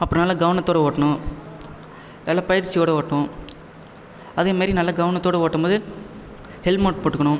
அப்புறம் நல்லா கவனத்தோடு ஓட்டணும் நல்ல பயிற்சியோடு ஓட்டணும் அதேமாரி நல்ல கவனத்தோடு ஓட்டும்போது ஹெல்மெட் போட்டுக்கணும்